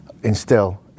instill